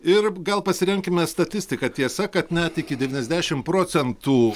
ir gal pasiremkime statistika tiesa kad net iki devyniasdešimt procentų